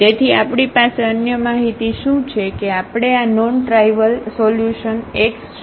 તેથી આપણી પાસે અન્ય માહિતી શું છે કે આપણે આ નોન ટ્રાઇવલ સોલ્યુશન x શોધી રહ્યા છીએ